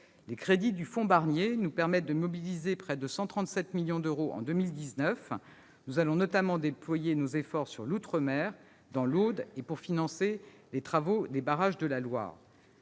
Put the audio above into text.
les crédits du fonds Barnier nous permettent de mobiliser près de 137 millions d'euros en 2019. Nous allons notamment déployer nos efforts sur l'outre-mer, dans l'Aude et pour financer les travaux des barrages de la Loire.